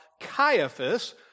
Caiaphas